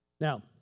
Now